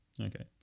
Okay